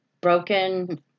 broken